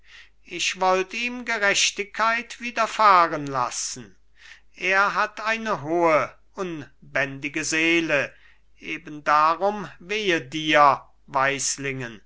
ich wollt ihm gerechtigkeit widerfahren lassen er hat eine hohe unbändige seele eben darum wehe dir